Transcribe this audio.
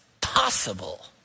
possible